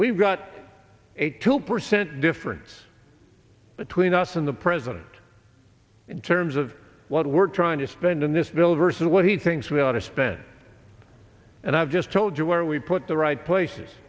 we've got a two percent difference between us and the president in terms of what we're trying to spend in this bill versus what he thinks we ought to spend and i've just told you where we put the right places